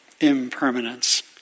impermanence